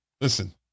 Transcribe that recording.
listen